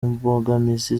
mbogamizi